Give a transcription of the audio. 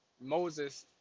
Moses